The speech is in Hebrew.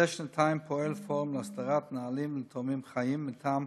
זה שנתיים פועל פורום להסדרת נהלים לתורמים חיים מטעם